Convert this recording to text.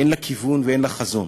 אין לה כיוון ואין לה חזון.